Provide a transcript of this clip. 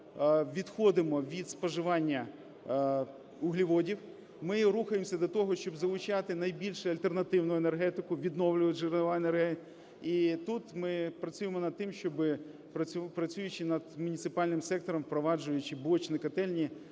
відходимо від споживання вуглеводнів, ми рухаємося до того, щоб залучати найбільше альтернативну енергетику, відновлювальні джерела енергії, і тут ми працюємо над тим, щоб, працюючи над муніципальним сектором, впроваджуючи блочні котельні,